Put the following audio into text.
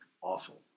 awful